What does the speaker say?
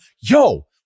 yo